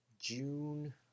June